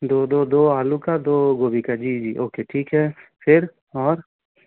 दो दो दो आलू का दो गोभी का जी जी ओके ठीक है फ़िर और